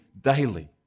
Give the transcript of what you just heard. daily